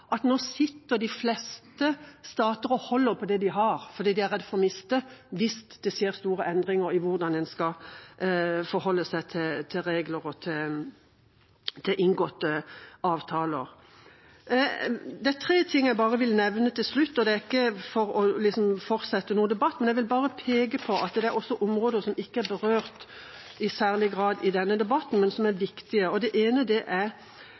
at nå sitter de fleste stater og holder på det de har, fordi de er redde for å miste det hvis det skjer store endringer i hvordan en skal forholde seg til regler og til inngåtte avtaler. Det er tre ting jeg vil nevne til slutt. Det er ikke for å fortsette debatten, jeg vil bare peke på at det er områder som ikke er berørt i særlig grad i denne debatten, men som er viktige. Det ene er